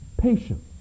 patience